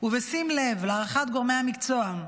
ובשים לב להערכת גורמי המקצוע,